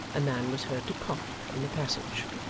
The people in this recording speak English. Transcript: a man was heard to cough in the passage.